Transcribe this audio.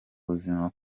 buzima